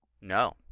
No